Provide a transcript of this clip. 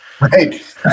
Right